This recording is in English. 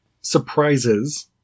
Surprises